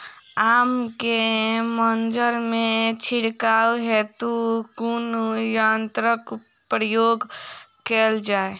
आम केँ मंजर मे छिड़काव हेतु कुन यंत्रक प्रयोग कैल जाय?